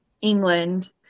england